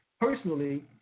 personally